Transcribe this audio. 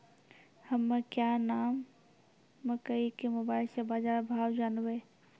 हमें क्या नाम मकई के मोबाइल से बाजार भाव जनवे?